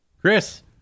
Chris